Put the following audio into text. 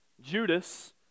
Judas